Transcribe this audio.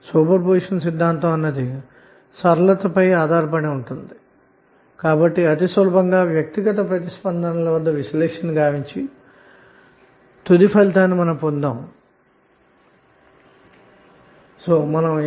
super position సిద్ధాంతం సరళతపై ఆధారపడి ఉంటుంది కాబట్టి అతి సులభంగా వ్యక్తిగత స్పందనల విశ్లేషణ గావించి తుది ఫలితాన్ని పొందుట చాలా సులబం అన్న మాట